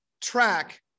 track